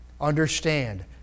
Understand